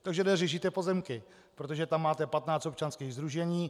Takže řešíte pozemky, protože tam máte 15 občanských sdružení.